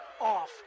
off